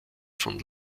von